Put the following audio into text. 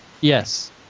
yes